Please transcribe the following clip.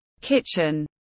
kitchen